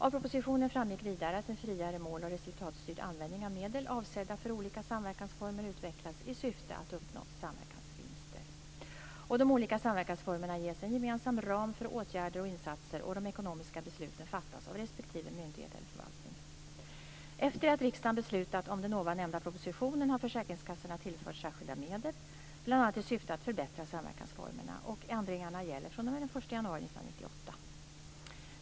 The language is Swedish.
Av propositionen framgick vidare att en friare mål och resultatstyrd användning av medel avsedda för olika samverkansformer utvecklas i syfte att uppnå samverkansvinster. De olika samverkansformerna ges en gemensam ram för åtgärder och insatser och de ekonomiska besluten fattas av respektive myndighet eller förvaltning. Efter att riksdagen beslutat om den ovan nämnda propositionen har försäkringskassorna tillförts särskilda medel bl.a. i syfte att förbättra samverkansformerna. Ändringarna gäller fr.o.m. den 1 januari 1998.